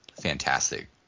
fantastic